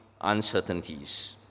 uncertainties